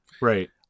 Right